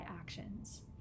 actions